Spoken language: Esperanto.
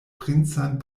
princan